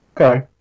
Okay